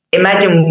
imagine